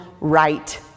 right